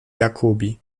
jacobi